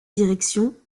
directions